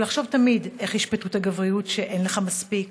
זה לחשוב תמיד איך ישפטו את הגבריות ש"אין לך מספיק",